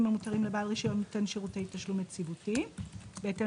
המותרים לבעל רישיון נותן שירותי תשלום יציבותי בהתאם